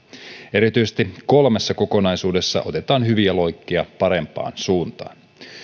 erityisesti kolmessa kokonaisuudessa otetaan hyviä loikkia parempaan suuntaan